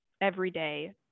everyday